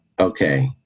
okay